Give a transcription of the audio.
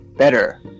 better